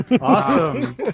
awesome